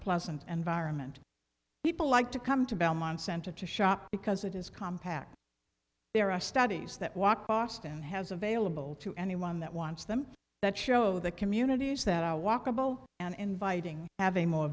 pleasant and vironment people like to come to belmont center to shop because it is compact there are studies that walk boston has available to anyone that wants them that show the communities that are walkable and inviting have a more